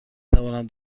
توانم